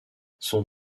son